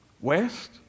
west